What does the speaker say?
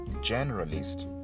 generalist